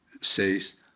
says